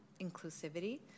inclusivity